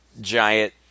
giant